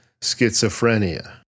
schizophrenia